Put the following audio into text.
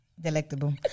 Delectable